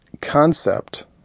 concept